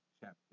chapter